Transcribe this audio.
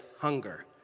hunger